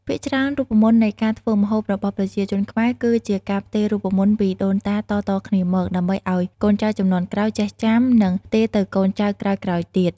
ភាគច្រើនរូបមន្តនៃការធ្វើម្ហូបរបស់ប្រជាជនខ្មែរ គឺជាការផ្ទេររូបមន្តពីដូនតាតៗគ្នាមក ដើម្បីឱ្យកូនចៅជំនាន់ក្រោយចេះចាំ និងផ្ទេរទៅកូនចៅក្រោយៗទៀត។